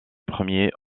premiers